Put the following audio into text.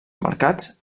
mercats